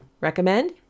Recommend